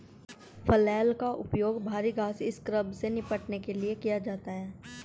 flail का उपयोग भारी घास स्क्रब से निपटने के लिए किया जाता है